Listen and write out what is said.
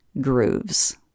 grooves